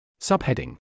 Subheading